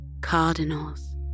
cardinals